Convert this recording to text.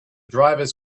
drivers